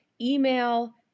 email